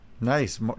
Nice